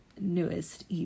newest